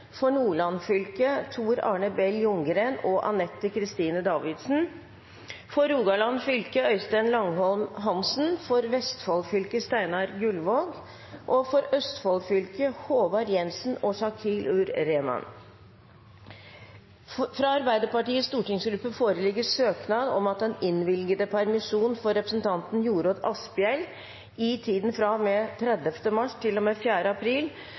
For Nordland fylke: Tor Arne Bell Ljunggren og Anette Kristine Davidsen For Rogaland fylke: Øystein Langholm Hansen For Vestfold fylke: Steinar Gullvåg For Østfold fylke: Håvard Jensen og Shakeel Ur Rehman Fra Arbeiderpartiets stortingsgruppe foreligger søknad om at den innvilgede permisjon for representanten Jorodd Asphjell i tiden fra og med 30. mars til og med 4. april